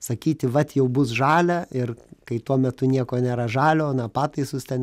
sakyti vat jau bus žalia ir kai tuo metu nieko nėra žalio na pataisus ten